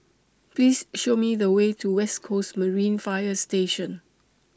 Please Show Me The Way to West Coast Marine Fire Station